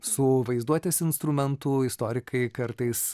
su vaizduotės instrumentu istorikai kartais